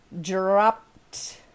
dropped